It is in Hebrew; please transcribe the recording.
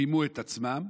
רימו את עצמם.